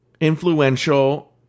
influential